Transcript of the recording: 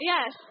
Yes